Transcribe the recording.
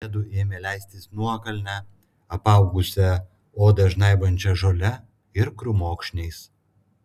jiedu ėmė leistis nuokalne apaugusia odą žnaibančia žole ir krūmokšniais